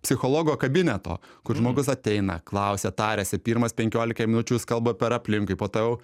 psichologo kabineto kur žmogus ateina klausia tariasi pirmas penkioliką minučių jis kalba per aplinkui po to jau